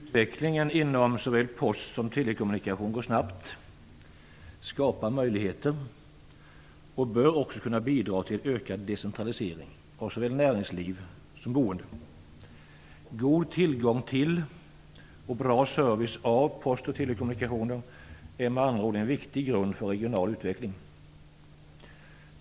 Fru talman! Utvecklingen inom såväl post som telekommunikation går snabbt, skapar möjligheter och bör också kunna bidra till ökad decentralisering av såväl näringsliv som boende. God tillgång till och bra service i fråga om post och telekommunikationer är med andra ord en viktig grund för regional utveckling.